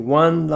one